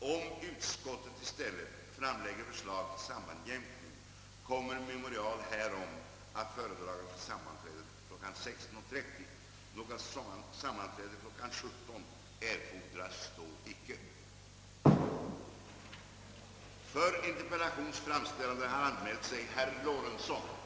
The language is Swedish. Om utskottet i stället framlägger förslag till sammanjämkning, kommer memorial härom att företagas till avgörande vid sammanträdet kl. 16.30. Något sammanträde kl. 17.00 erfordras då icke.